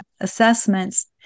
assessments